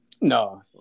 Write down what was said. No